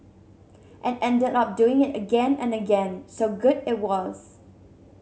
and ended up doing it again and again so good it was